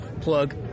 plug